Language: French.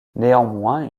néanmoins